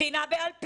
בחינה בעל פה,